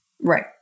Right